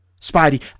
Spidey